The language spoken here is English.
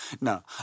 No